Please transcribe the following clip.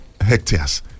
hectares